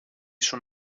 schon